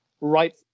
right